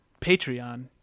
Patreon